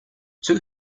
two